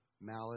malice